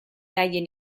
haien